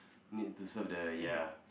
need to serve the ya